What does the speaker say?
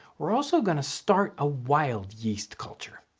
we're also going to start a wild yeast culture.